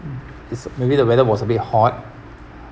this maybe the weather was a bit hot